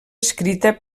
escrita